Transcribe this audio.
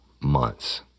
months